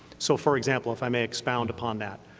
so, for example, if i may expound upon that,